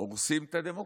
הורסים את הדמוקרטיה,